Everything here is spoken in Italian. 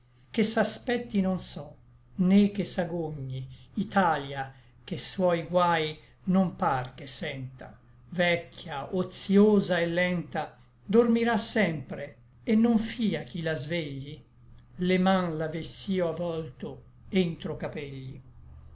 vergogni che s'aspetti non so né che s'agogni italia che suoi guai non par che senta vecchia otïosa et lenta dormirà sempre et non fia chi la svegli le man l'avess'io avolto entro capegli